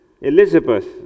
Elizabeth